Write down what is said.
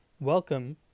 Welcome